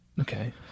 Okay